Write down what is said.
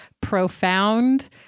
profound